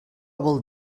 vol